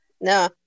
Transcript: No